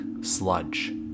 sludge